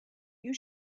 you